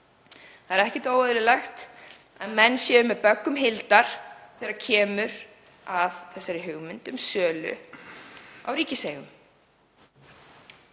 Það er ekkert óeðlilegt að menn séu með böggum hildar þegar kemur að þessari hugmynd um sölu á ríkiseigum.